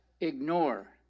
ignore